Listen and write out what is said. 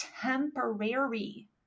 temporary